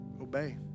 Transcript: obey